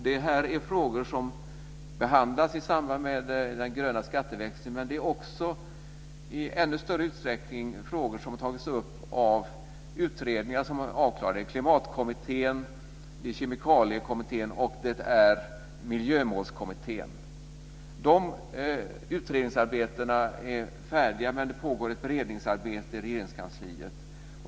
Det här är frågor som behandlats i samband med den gröna skatteväxlingen, men det är i ännu större utsträckning frågor som har tagits upp av utredningar som är klara. Det är Klimatkommittén, Kemikaliekommittén och Miljömålskommittén. De utredningsarbetena är färdiga, men det pågår ett beredningsarbete i Regeringskansliet.